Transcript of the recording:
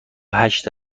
هشت